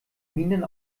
minen